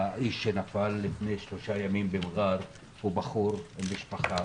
האיש שנפל לפני שלושה ימים במע'אר הוא בחור עם משפחה.